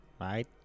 right